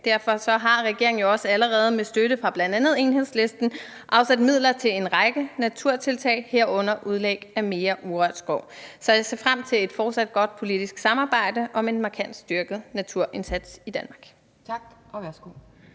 Derfor har regeringen jo også allerede med støtte fra bl.a. Enhedslisten afsat midler til en række naturtiltag, herunder udlæg af mere urørt skov. Så jeg ser frem til et fortsat godt politisk samarbejde om en markant styrket naturindsats i Danmark.